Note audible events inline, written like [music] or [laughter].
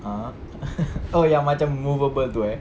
ah [laughs] oh yang macam movable tu eh